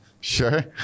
Sure